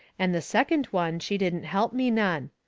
and the second one she didn't help me none.